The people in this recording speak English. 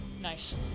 Nice